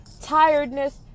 tiredness